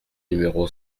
numéro